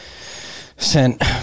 sent